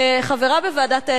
כחברה בוועדת האתיקה,